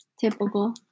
Typical